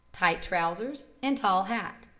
tight trousers, and tall hat.